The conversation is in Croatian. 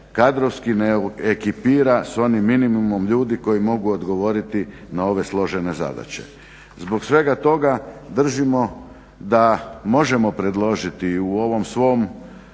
kadrovski ne ekipira s onim minimumom ljudi koji mogu odgovoriti na ove složene zadaće. Zbog svega toga držimo da možemo predložiti i u ovom svom